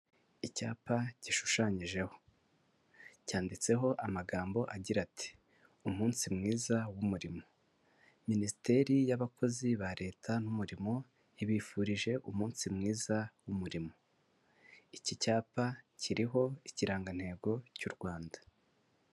Icyapa gishushanyijeho, cyanditseho amagambo agira ati "umunsi mwiza w'umurimo" Minisiteri y'abakozi ba Leta n'umurimo, ibifurije umunsi mwiza w'umurimo, iki cyapa kiriho ikirangantego cy'u Rwanda.